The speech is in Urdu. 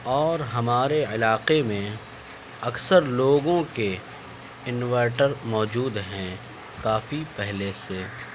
اور ہمارے علاقے میں اکثر لوگوں کے انورٹر موجود ہیں کافی پہلے سے